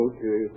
Okay